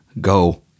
go